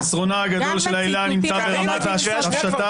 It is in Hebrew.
חסרונה הגדול של העילה נמצא ברמת ההפשטה